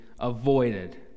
avoided